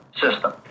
system